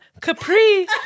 capri